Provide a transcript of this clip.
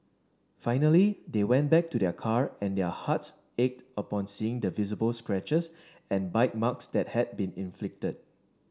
finally they went back to their car and their hearts ached upon seeing the visible scratches and bite marks that had been inflicted